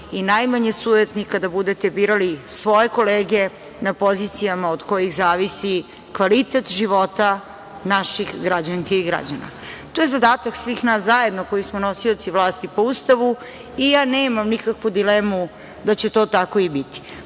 i najmanje sujetni kada budete birali svoje kolege na pozicijama od kojih zavisi kvalitet života naših građanki i građana. To je zadatak svih nas zajedno koji smo nosioci vlasti po Ustavu i ja nemam nikakvu dilemu da će to tako i biti.